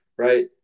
Right